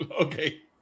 Okay